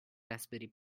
raspberry